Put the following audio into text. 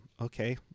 Okay